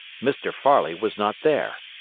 mr. farley was not there!